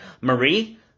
Marie